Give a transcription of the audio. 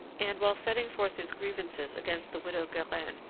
and while setting forth his grievances against the widow guerin,